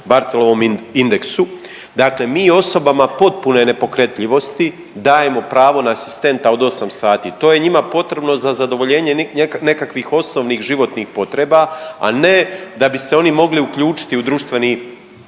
Barthelovom indeksu. Dakle, mi osobama potpune nepokretljivosti dajemo pravo na asistenta od 8 sati. To je njima potrebno za zadovoljenje nekakvih osnovnih životnih potreba, a ne da bi se oni mogli uključiti u društveni